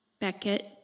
Beckett